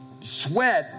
sweat